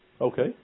Okay